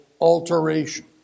alteration